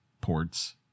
ports